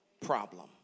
Problem